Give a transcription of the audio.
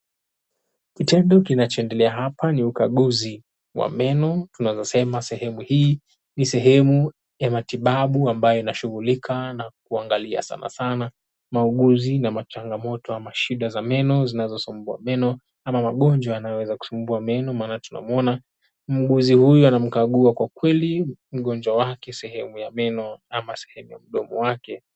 Kitendo kinachoendelea hapa ni ukaguzi wa meno, tunaweza sema sehemu hii ni sehemu ya matibabau ambayo inashughulika na kuangalia sana sana mauguzi ama changamoto ama shida zinazosumbua meno ama magonjwa tanayoweza kusumbua meno maana tunamwona muuguzi huyu anamkagua kwa kweli mgonjwa wake kwa meno ama sehemu ya mdomo wake.